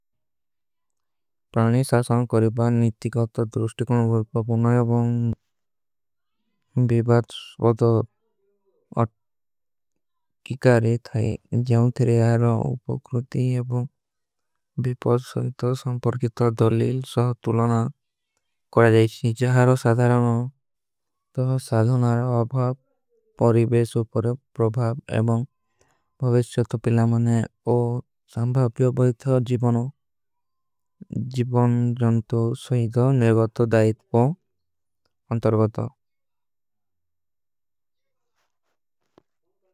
ପ୍ରାଣି ସାଶାନ କରିବା ନିତ୍ତିକ ଅଥା ଦୁରୁଷ୍ଟିକନ ଵର ପପୁନା ଏବଂ। ଵିବାଦ ସ୍ଵଦ ଅତ୍କିକାରେ। ଥାଈ ଜାଉଂ ଥେରେ ଆରା ଉପକୁରତୀ ଏବଂ ଵିବାଦ ସରିଥା ସଂପରକିତା। ଦଲିଲ ସହ ତୁଲନା କରା ଜାଈଶୀ ଜହାରୋ ସାଧରାନୋ ତୋ ସାଧୁନାର। ଅଭଵ ପରିଵେଶ ଉପର ପ୍ରଭାବ ଏବଂ ଭଵେଶ୍ଚତ ପିଲା ମନେ ଓ ସଂଭାପ୍ଯୋ। ବହିତ ଜିବନୋ ଜିବନ ଜନ୍ତୋ ସୋହିଗା ନିର୍ଵତୋ ଦାଈତ ପୋ ଅଂତରଵତା।